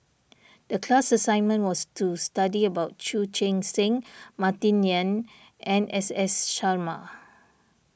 the class assignment was to study about Chu Chee Seng Martin Yan and S S Sarma